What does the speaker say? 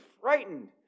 frightened